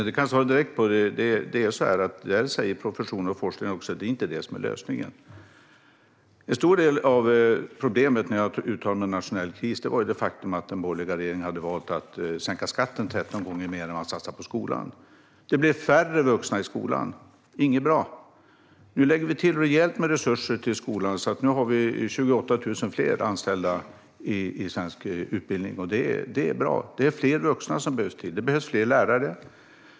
Herr talman! Det kan jag svara på direkt. Professionen och forskningen säger att det inte är det som är lösningen. En stor del av problemet när jag sa att det var en nationell kris var det faktum att den borgerliga regeringen hade valt att sänka skatten 13 gånger mer än vad man satsade på skolan. Det blev färre vuxna i skolan, och det var inte bra. Nu lägger vi till rejält med resurser till skolan, så nu har vi 28 000 fler anställda i svensk utbildning. Det är bra. Det behövs fler vuxna, och det behövs fler lärare.